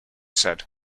said